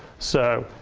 so,